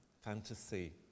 fantasy